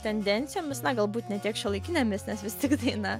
tendencijomis na galbūt ne tiek šiuolaikinėmis nes vis tik daina